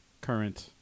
current